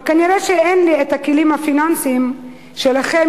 וכנראה אין לי הכלים הפיננסיים שיש לכם,